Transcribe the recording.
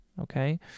Okay